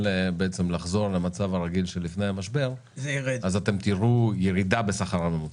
לחזור למצב הרגיל שלפני המשבר אז אתם תראו ירידה בשכר הממוצע.